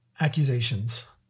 accusations